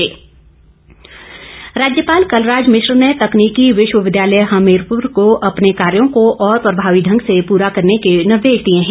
राज्यपाल राज्यपाल कलराज मिश्र ने तकनीकी विश्वविद्यालय हमीरपुर को अपने कार्यो को और प्रभावी ढंग से पूरा करने के निर्देश दिए हैं